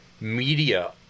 media